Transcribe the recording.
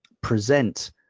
present